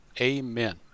Amen